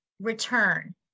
return